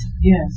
yes